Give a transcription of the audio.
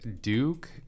Duke